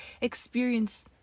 experience